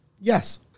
yes